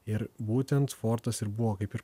ir būtent fortas ir buvo kaip ir